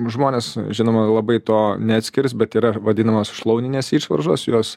žmonės žinoma labai to neatskirs bet yra vadinamos šlauninės išvaržos jos